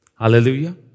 Hallelujah